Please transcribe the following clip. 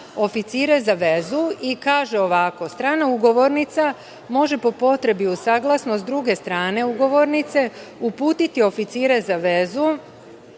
oficire za vezu. Kaže ovako – strana ugovornica može po potrebi uz saglasnost druge strane ugovornice uputiti oficire za vezu